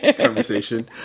conversation